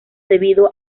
debido